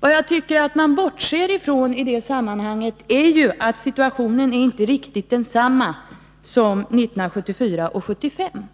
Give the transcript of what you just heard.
Vad man i det sammanhanget bortser från är att situationen nu inte är riktigt densamma som 1974 och 1975,